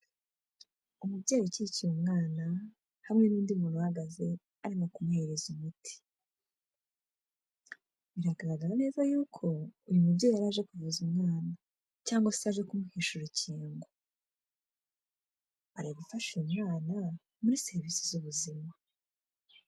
Umubyeyi ukikiye umwana hamwe n'undi muntu uhagaze arimo kumuhereza umuti. Biragaragara neza yuko uyu mubyeyi yari aje kuvuza umwana cyangwa se aje kumuhesha urukingo, ari gufasha uyu mwana muri serivisi z'ubuzima.